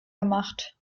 gemacht